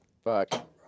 Fuck